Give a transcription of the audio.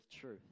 truth